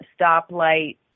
stoplight